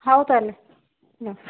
ହଉ ତା'ହେଲେ